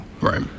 Right